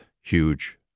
huge